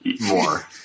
more